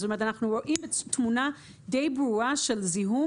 זאת אומרת: אנחנו רואים תמונה די ברורה של זיהום